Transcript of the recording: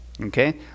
Okay